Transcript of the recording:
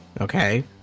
Okay